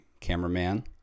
cameraman